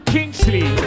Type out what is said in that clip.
Kingsley